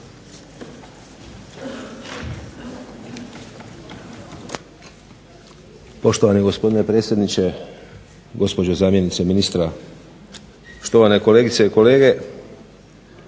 Poštovani gospodine predsjedniče, gospođo zamjenice ministra, štovane kolegice i kolege.